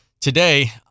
Today